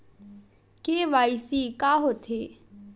KYC का होथे?